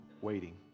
waiting